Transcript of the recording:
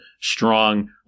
strong